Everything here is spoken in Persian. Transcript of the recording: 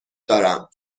دارم